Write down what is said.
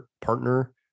partner